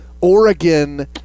Oregon